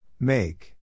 Make